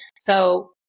So-